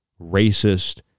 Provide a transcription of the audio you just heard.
racist